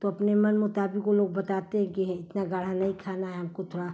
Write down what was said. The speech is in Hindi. तो अपने मन मुताबिक वह लोग बताते हैं कि इतनी गाढ़ी नहीं खाना है हमको थोड़ा